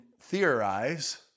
theorize